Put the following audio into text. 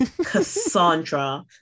Cassandra